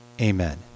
amen